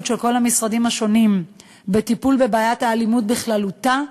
של כל המשרדים השונים בטיפול בבעיית האלימות בכללותה,